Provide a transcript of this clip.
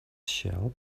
shell